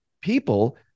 people